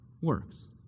works